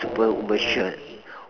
superwoman shirt